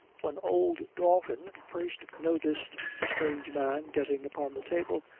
when old dalton first noticed the strange man getting upon the table,